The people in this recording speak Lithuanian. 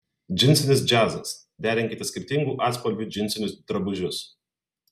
džinsinis džiazas derinkite skirtingų atspalvių džinsinius drabužius